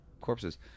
Corpses